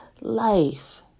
life